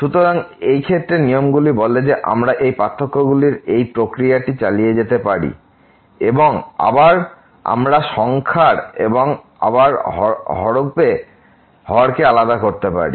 সুতরাং সেই ক্ষেত্রে নিয়মগুলি বলে যে আমরা এই পার্থক্যগুলির এই প্রক্রিয়াটি চালিয়ে যেতে পারি এবং আবার আমরা সংখ্যার এবং আবার হরকে আলাদা করতে পারি